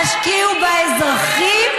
מי שיורה באזרחים, תשקיעו באזרחים,